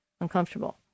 uncomfortable